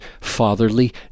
fatherly